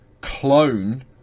clone